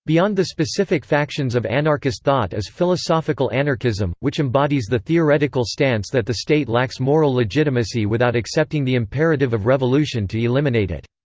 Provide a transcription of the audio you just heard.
beyond the specific factions of anarchist thought is philosophical anarchism, which embodies the theoretical stance that the state lacks moral legitimacy without accepting the imperative of revolution to eliminate it.